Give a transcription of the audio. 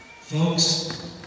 Folks